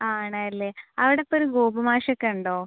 ആണല്ലേ അവിടെ ഇപ്പോൾ ഒരു ഗോപു മാഷ് ഒക്കെ ഉണ്ടോ